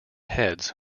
heads